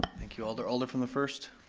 thank you alder, alder from the first.